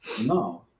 No